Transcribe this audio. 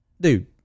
Dude